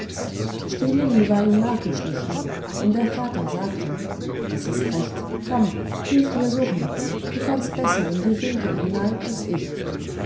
war ihm nachgeschlichen und der vater sagte es ist recht komm hilf mir suchen du kannst besser in die winkel hinein als ich